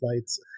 flights